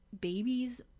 babies